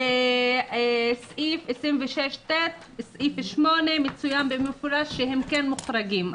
בסעיף 26ט(8) מצוין במפורש שהם כן מוחרגים.